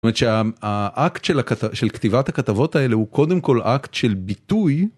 זאת אומרת שהאקט, אקט של כתיבת הכתבות האלה הוא קודם כל אקט של ביטוי